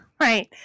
Right